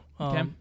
Okay